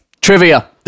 Trivia